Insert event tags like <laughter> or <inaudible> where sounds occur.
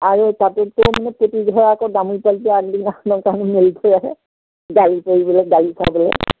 আৰু তাততো মানে প্ৰতিঘৰ আকৌ <unintelligible> মেলি থৈ আহে <unintelligible> কৰিবলে <unintelligible> খাবলৈ